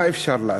מה אפשר לעשות?